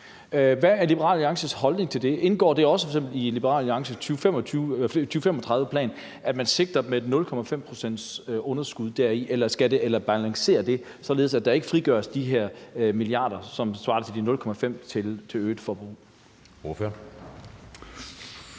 Hvad er Liberal Alliances holdning til det? Indgår det også f.eks. i Liberal Alliances 2035-plan, at man sigter efter et 0,5 pct. underskud, eller skal det balancere, således at der ikke frigøres de her milliarder, som svarer til de 0,5 pct. til øget forbrug? Kl.